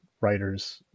writers